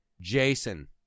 Jason